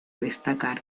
destacar